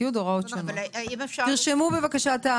הוספנו סעיף שאומר שאבחון או הערכת תמיכה שנערכה